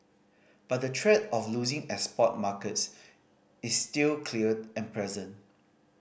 but the threat of losing export markets is still clear and present